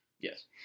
Yes